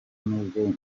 nubwo